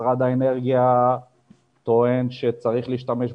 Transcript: משרד האנרגיה טוען שצריך להשתמש בגז,